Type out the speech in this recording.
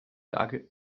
lage